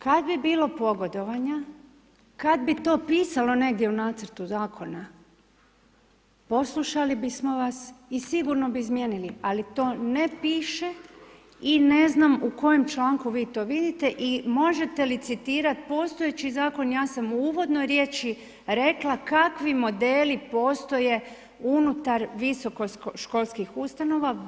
Kad je bilo pogodovanja, kad bi to pisalo negdje u nacrtu zakona, poslušali bismo vas i sigurno bi izmijenili ali to ne piše i ne znam u kojem članku vi to vidite i možete li citirati postojeći zakon, ja sam u uvodnoj riječi rekla kakvi modeli postoje unutar visokoškolskih ustanova.